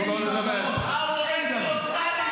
אני, אין לי כבר גרון,